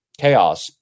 chaos